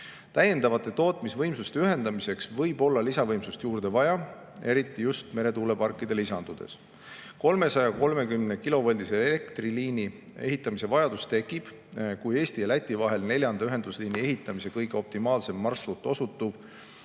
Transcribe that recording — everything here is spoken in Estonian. Täiendavate tootmisvõimsuste ühendamiseks võib olla lisavõimsust juurde vaja, eriti just meretuuleparkide lisandudes. 330-kilovoldise elektriliini ehitamise vajadus tekib, kui Eesti ja Läti vahel neljanda ühendusliini ehitamise kõige optimaalsem marsruut osutub